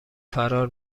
فرار